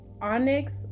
onyx